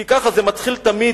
כי כך זה מתחיל תמיד,